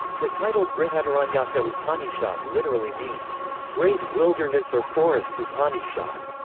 the title brihadaranyaka upanishad literally means great wilderness or forest upanishad.